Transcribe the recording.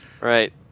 Right